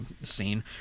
scene